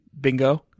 Bingo